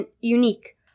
unique